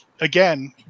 again